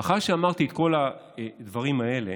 לאחר שאמרתי את כל הדברים האלה,